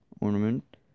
ornament